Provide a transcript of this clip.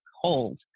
hold